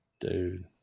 Dude